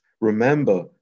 remember